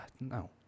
no